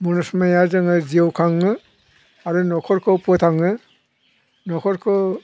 मुनुस माया जोङो जिउ खाङो आरो न'खरखौ फोथाङो न'खरखौ